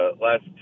last